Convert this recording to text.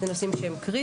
אלו נושאים קריטיים.